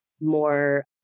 more